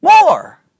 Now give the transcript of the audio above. more